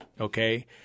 Okay